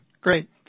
Great